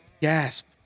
Gasp